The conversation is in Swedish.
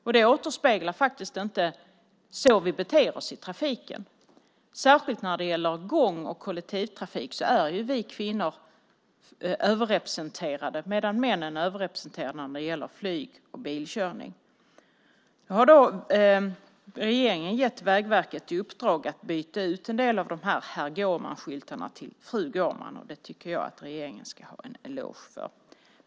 Detta återspeglar inte hur vi beter oss i trafiken. Särskilt när det gäller gång och kollektivtrafik är kvinnorna överrepresenterade medan männen är överrepresenterade när det gäller flyg och bilkörning. Nu har regeringen gett Vägverket i uppdrag att byta ut en del av dessa Herr Gårman-skyltar till Fru Gårman, och det tycker jag att regeringen ska ha en eloge för.